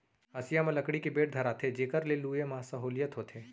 हँसिया म लकड़ी के बेंट धराथें जेकर ले लुए म सहोंलियत होथे